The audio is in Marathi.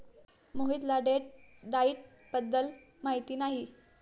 मोहितला डेट डाइट बद्दल माहिती नाही